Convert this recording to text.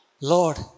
Lord